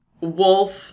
wolf